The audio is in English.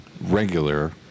Regular